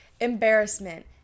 embarrassment